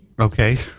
Okay